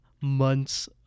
months